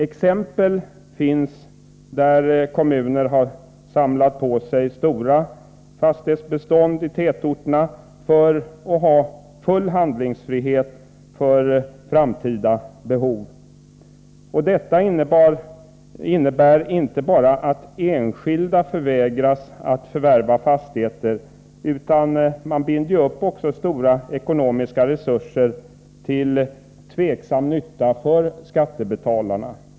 Exempel finns på att kommuner har samlat på sig stora fastighetsbestånd i tätorterna för att ha full handlingsfrihet för framtida behov. Detta innebär inte bara att enskilda förvägras att förvärva fastigheter, utan man binder också stora ekonomiska resurser till tveksam nytta för skattebetalarna.